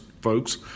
folks